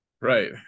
Right